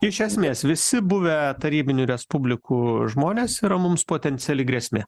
iš esmės visi buvę tarybinių respublikų žmonės yra mums potenciali grėsmė